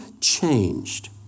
changed